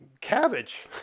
cabbage